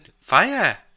fire